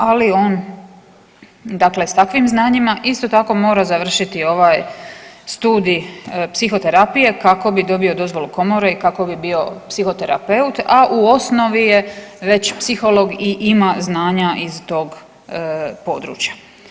Ali on dakle s takvim znanjima isto tako mora završiti ovaj studij psihoterapije kako bi dobio dozvolu komore i kako bi bio psihoterapeut, a u osnovi je već psiholog i ima znanja iz tog područja.